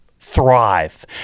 thrive